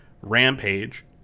Rampage